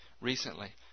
recently